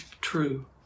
true